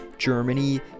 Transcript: Germany